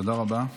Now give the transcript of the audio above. תודה רבה.